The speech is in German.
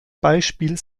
beispiel